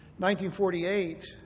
1948